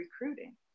recruiting